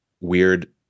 weird